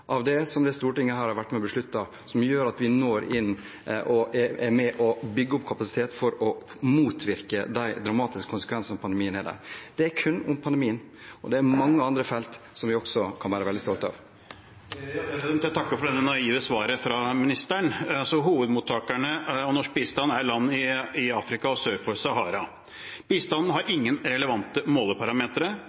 av det som dette stortinget har vært med på å beslutte, som gjør at vi når fram, og er med på å bygge opp kapasitet for å motvirke de dramatiske konsekvensene pandemien har. Dette er kun om pandemien – det er mange andre felt vi også kan være veldig stolte av. Christian Tybring-Gjedde – til oppfølgingsspørsmål. Jeg takker for det naive svaret fra ministeren. Hovedmottakerne av norsk bistand er land i Afrika sør for Sahara. Bistanden har ingen relevante